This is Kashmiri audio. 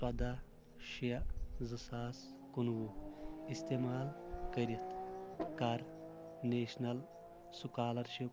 ژۄداہ شےٚ زٕ ساس کُنوُہ استعمال کٔرِتھ کر نیشنَل سُکالرشِپ